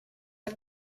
are